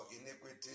iniquity